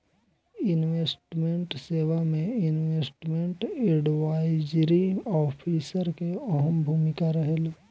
investment सेवा में investment advisory officer के अहम भूमिका रहेला